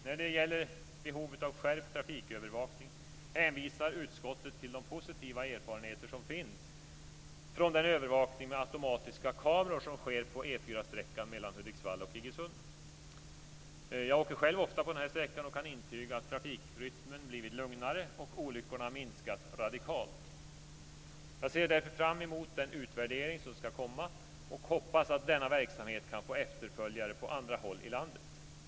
När det gäller behovet av skärpt trafikövervakning hänvisar utskottet till de positiva erfarenheter som finns från den övervakning med automatiska kameror som sker på E 4 mellan Hudiksvall och Iggesund. Jag åker själv ofta på denna sträcka och kan intyga att trafikrytmen blivit lugnare och att olyckorna minskat radikalt. Jag ser därför fram emot den utvärdering som ska komma och hoppas att denna verksamhet kan få efterföljare på andra håll i landet.